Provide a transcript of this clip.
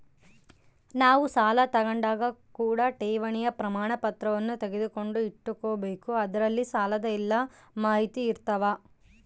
ನಾವು ಸಾಲ ತಾಂಡಾಗ ಕೂಡ ಠೇವಣಿಯ ಪ್ರಮಾಣಪತ್ರವನ್ನ ತೆಗೆದುಕೊಂಡು ಇಟ್ಟುಕೊಬೆಕು ಅದರಲ್ಲಿ ಸಾಲದ ಎಲ್ಲ ಮಾಹಿತಿಯಿರ್ತವ